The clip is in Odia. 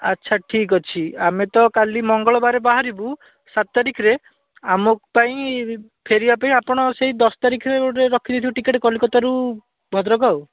ଆଚ୍ଛା ଠିକ୍ ଅଛି ଆମେ ତ କାଲି ମଙ୍ଗଳବାର ବାହାରିବୁ ସାତ ତାରିଖରେ ଆମ ପାଇଁ ଫେରିବା ପାଇଁ ଆପଣ ସେଇ ଦଶ ତାରିଖରେ ଗୋଟେ ରଖି ଦେଇଥିବେ ଟିକେଟ୍ କଲିକତାରୁ ଭଦ୍ରକ ଆଉ